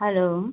hello